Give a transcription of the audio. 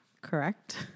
correct